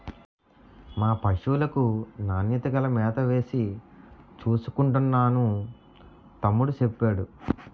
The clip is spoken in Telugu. మా పశువులకు నాణ్యత గల మేతవేసి చూసుకుంటున్నాను తమ్ముడూ సెప్పేడు